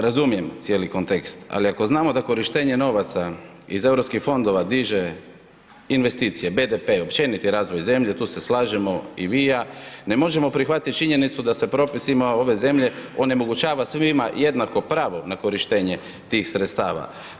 Razumijem cijeli kontekst ali ako znamo da korištenje novaca iz europskih novaca diže investicije, BDP, općeniti razvoj zemlje, tu se slažemo i vi i ja, ne možemo prihvatiti činjenicu da se propisima ove zemlje onemogućava svima jednako pravo na korištenje tih sredstava.